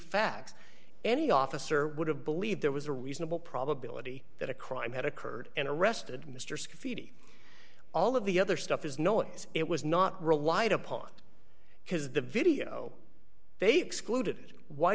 facts any officer would have believed there was a reasonable probability that a crime had occurred and arrested mr skiffy all of the other stuff is no and it was not relied upon because the video they excluded why